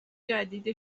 جدید